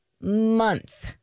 Month